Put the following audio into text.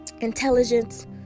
intelligence